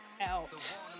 out